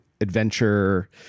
adventure